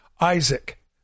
Isaac